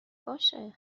باشه